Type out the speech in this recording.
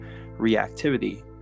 reactivity